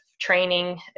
training